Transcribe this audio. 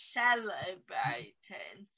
celebrating